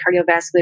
cardiovascular